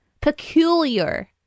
Peculiar